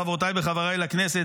חברותיי וחבריי לכנסת,